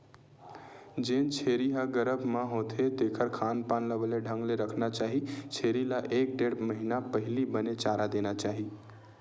जेन छेरी ह गरभ म होथे तेखर खान पान ल बने ढंग ले रखना चाही छेरी ल एक ढ़ेड़ महिना पहिली बने चारा देना चाही